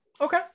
Okay